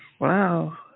Wow